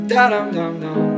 Da-dum-dum-dum